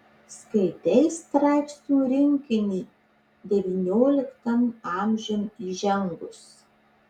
skaitei straipsnių rinkinį devynioliktan amžiun įžengus